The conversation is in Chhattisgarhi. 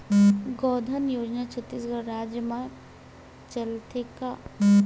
गौधन योजना छत्तीसगढ़ राज्य मा चलथे का?